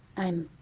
i'm,